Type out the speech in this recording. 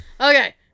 okay